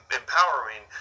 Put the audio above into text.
empowering